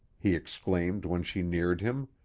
he exclaimed when she neared him.